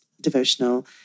devotional